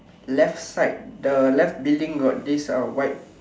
left side the left building got this uh white